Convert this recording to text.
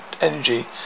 energy